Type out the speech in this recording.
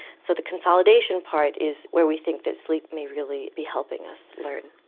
so the consolidation part is where we think that sleep may really be helping us learn.